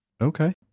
Okay